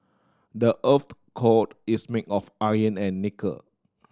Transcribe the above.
the earth's core is made of iron and nickel